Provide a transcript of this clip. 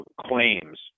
claims